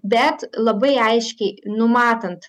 bet labai aiškiai numatant